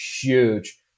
huge